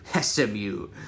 SMU